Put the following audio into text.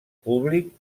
públic